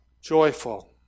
joyful